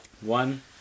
One